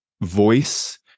voice